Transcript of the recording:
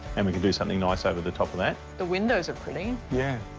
and we can do something nice over the top of that. the windows are pretty. yeah.